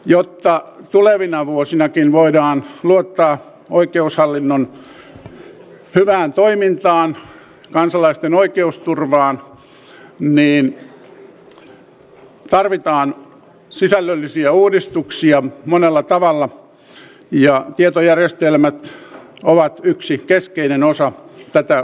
jotta tulevina vuosinakin voidaan luottaa oikeushallinnon hyvään toimintaan kansalaisten oikeusturvaan tarvitaan sisällöllisiä uudistuksia monella tavalla ja tietojärjestelmät ovat yksi keskeinen osa tätä uudistustyötä